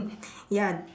ya